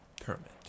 permit